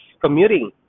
commuting